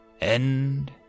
End